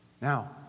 Now